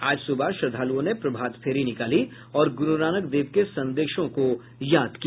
आज सुबह श्रद्वालुओं ने प्रभात फेरी निकाली और गुरूनानक देव के संदेशों को याद किया